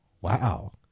wow